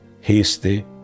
hasty